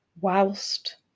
whilst